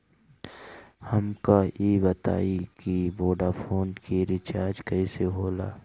हमका ई बताई कि वोडाफोन के रिचार्ज कईसे होला?